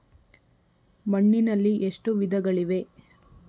ಮಣ್ಣಿನಲ್ಲಿ ಎಷ್ಟು ವಿಧಗಳಿವೆ?